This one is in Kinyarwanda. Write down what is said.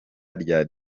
rya